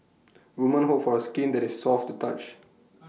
woman hope for A skin that is soft to touch